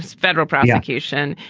federal prosecution,